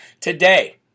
today